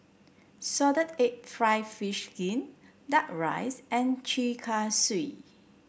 Salted Egg fried fish skin duck rice and Chi Kak Kuih